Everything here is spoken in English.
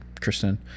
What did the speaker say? Kristen